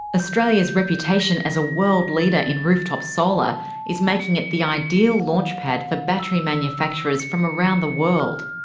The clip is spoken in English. australia's reputation as a world leader in rooftop solar is making it the ideal launch pad for battery manufacturers from around the world.